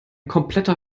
kompletter